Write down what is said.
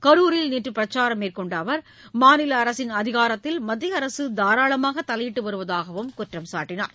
களூரில் நேற்று பிரச்சாரம் மேற்கொண்ட அவர் மாநில அரசின் அதிகாரத்தில் மத்திய அரசு தாராளமாக தலையிட்டு வருவதாகக் குற்றம் சாட்டினார்